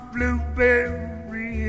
Blueberry